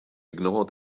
ignore